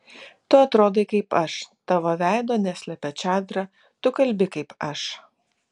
tu atrodai kaip aš tavo veido neslepia čadra tu kalbi kaip aš